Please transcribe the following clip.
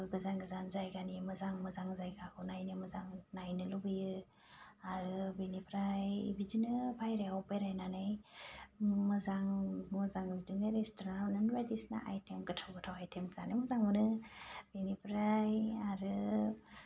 गोजान गोजान जायगानि मोजां मोजां जायगाखौ नायनो मोजां नायनो लुबैयो आरो बेनिफ्राय बिदिनो बायह्रायाव बेरायनानै मोजां मोजां बिदिनो रेस्टुरेन्टाव नों बायदिसिना आइटेम गोथाव गोथाव आइटेम जानो मोजां मोनो बेनिफ्राय आरो